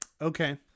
Okay